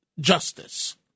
justice